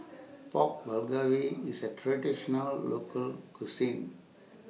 Pork Bulgogi IS A Traditional Local Cuisine